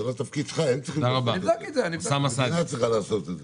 זה לא תפקיד שלך, הם צריכים לעשות את זה.